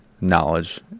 knowledge